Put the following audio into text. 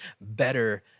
better